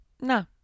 No